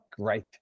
great